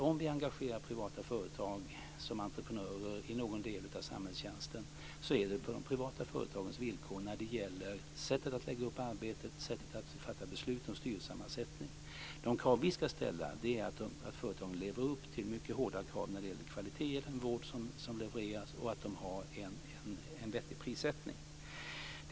Om vi engagerar privata företag som entreprenörer i någon del av samhällstjänsten så är det på de privata företagens villkor när det gäller sättet att lägga upp arbetet och sättet att fatta beslut om styrelsesammansättning. De krav som vi ska ställa är att företagen lever upp till mycket hårda krav när det gäller kvalitet i den vård som levereras och att de har en vettig prissättning.